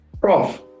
Prof